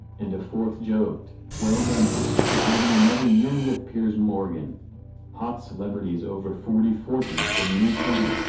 and a fourth joked well done for surviving another year with piers morgan hot celebrities over forty forty is the new twenty,